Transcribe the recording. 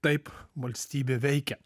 taip valstybė veikia